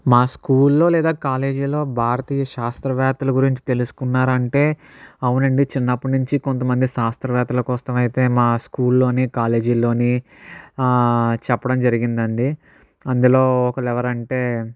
మా స్కూల్లో లేదా కాలేజీలో భారతీయ శాస్త్రవేత్తల గురించి తెలుసుకున్నారా అంటే అవునండి చిన్నప్పటి నుంచి కొంతమంది శాస్త్రవేత్తల కోసం అయితే మా స్కూల్లోని కాలేజీలోని చెప్పడం జరిగిందండి అందులో ఒకరు ఎవరంటే